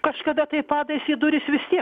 kažkada tai padais į duris vistiek